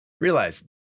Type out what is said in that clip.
realize